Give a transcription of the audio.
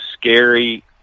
scary